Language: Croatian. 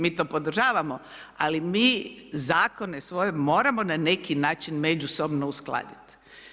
Mi to podržavamo, ali mi zakone svoje moramo na neki način međusobno uskladiti.